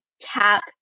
tap